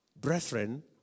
brethren